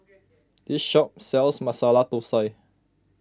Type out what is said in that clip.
this shop sells Masala Thosai